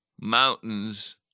Mountains